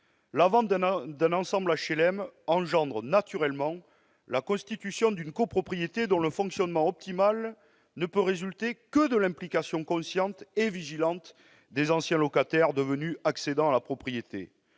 La vente d'un ensemble HLM engendre naturellement la constitution d'une copropriété dont le fonctionnement optimal ne peut résulter que de l'implication consciente et vigilante des anciens locataires devenus accédants à la propriété.